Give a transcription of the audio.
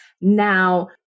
Now